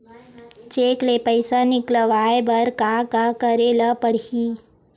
Cheque ले पईसा निकलवाय बर का का करे ल पड़हि?